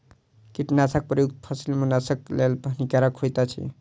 कीटनाशक प्रयुक्त फसील मनुषक लेल हानिकारक होइत अछि